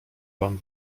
wam